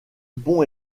pont